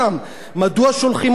מדוע שולחים אותם לחו"ל?